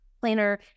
planner